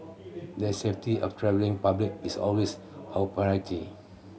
the safety of travelling public is always our priority